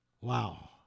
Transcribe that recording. Wow